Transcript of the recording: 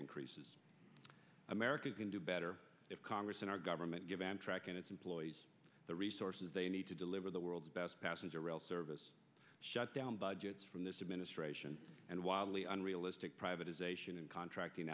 increases americans can do better if congress and our government give amtrak and its employees the resources they need to deliver the world's best passenger rail service shut down budgets from this administration and wildly unrealistic privatization and contracting